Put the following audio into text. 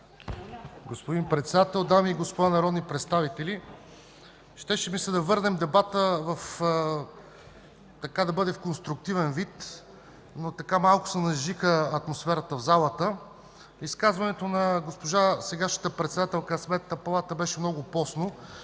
(ГЕРБ): Господин Председател, дами и господа народни представители! Щеше ми се да върнем дебата в конструктивен вид, но малко се нажежи атмосферата в залата. Изказването на сегашната председателка на Сметната палата беше много постно,